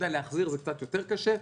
להחזיר זה קצת יותר קשה,